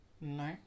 No